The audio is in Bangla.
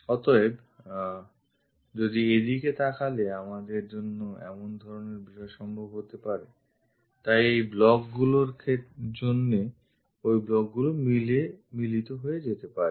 অতএব যদিএদিকে তাকালে আমাদের জন্য এমন ধরনের বিষয় সম্ভব হতে পারে তাহলে এই blockএর সঙ্গে ওই blockটি মিলিত হয়ে যেতে পারে